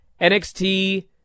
NXT